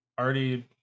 already